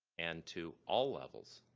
and to all levels,